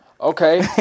Okay